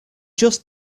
just